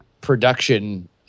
production